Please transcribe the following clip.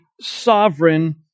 sovereign